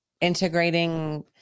integrating